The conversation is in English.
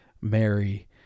Mary